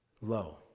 low